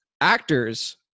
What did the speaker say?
Actors